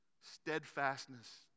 steadfastness